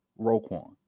Roquan